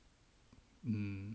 mmhmm